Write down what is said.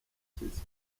cy’isi